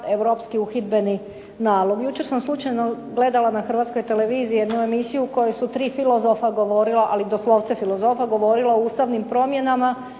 europski uhidbeni nalog. Jučer sam slučajno gledala na Hrvatskoj televiziji jednu emisiju u kojoj su tri filozofa govorila, ali doslovce filozofa govorila o ustavnim promjenama,